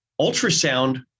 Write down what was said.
ultrasound